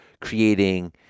creating